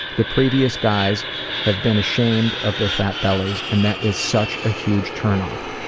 the previous guys have been ashamed of their fat bellies and that is such a huge turnoff.